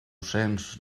cents